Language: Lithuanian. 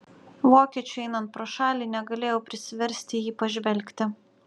vokiečiui einant pro šalį negalėjau prisiversti į jį pažvelgti